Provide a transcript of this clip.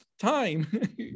time